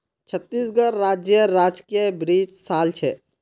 छत्तीसगढ़ राज्येर राजकीय वृक्ष साल छे